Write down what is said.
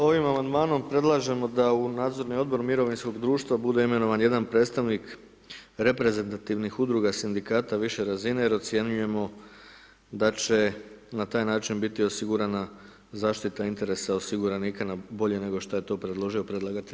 Ovim Amandmanom predlažemo da u Nadzorni odbor mirovinskog društva bude imenovan jedan predstavnik reprezentativnih Udruga Sindikata više razine jer ocjenjujemo da će na taj način biti osigurana zaštita interesa osiguranika bolje nego što je to predložio predlagatelj.